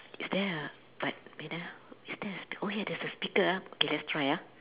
is there a a is there a speak~ oh yeah there's a speaker ah okay let's try ah